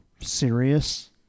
serious